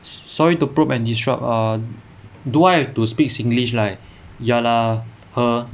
sorry to probe and disrupt do I have to speak singlish like ya lah !huh!